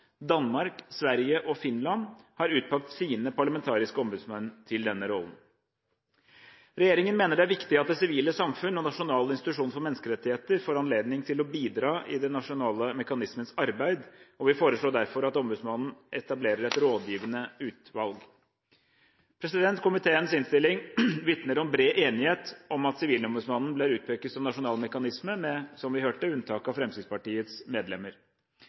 Danmark, Sverige og Finland har utpekt sine parlamentariske ombudsmenn til denne rollen. Regjeringen mener det er viktig at det sivile samfunn og Nasjonal institusjon for menneskerettigheter får anledning til å bidra i den nasjonale mekanismens arbeid, og vi foreslår derfor at ombudsmannen etablerer et rådgivende utvalg. Komiteens innstilling vitner om bred enighet om at Sivilombudsmannen bør utpekes som nasjonal mekanisme med – som vi hørte – unntak av Fremskrittspartiets medlemmer.